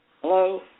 Hello